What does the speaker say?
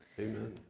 amen